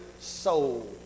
soul